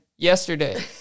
yesterday